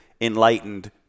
enlightened